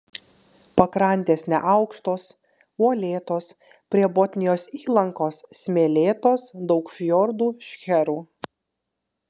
pakrantės neaukštos uolėtos prie botnijos įlankos smėlėtos daug fjordų šcherų